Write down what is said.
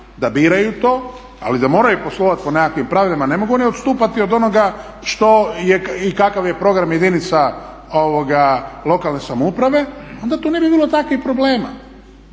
da biraju to ali da moraju poslovati po nekakvim pravilima, ne mogu oni odstupati od onoga što je i kakav je program jedinica lokalne samouprave onda tu ne bi bilo takvih problema.